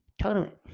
tournament